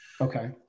Okay